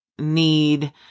need